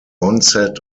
onset